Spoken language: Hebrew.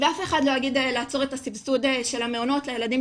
ואף אחד לא יגיד לעצור את הסבסוד של המעונות לילדים